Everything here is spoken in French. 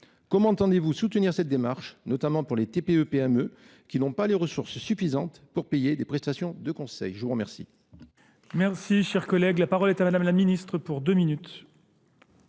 Comment entendez-vous soutenir cette démarche, notamment pour les TPE-PME, qui n'ont pas les ressources suffisantes pour payer des prestations de conseils ? Je vous remercie.